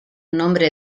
nombre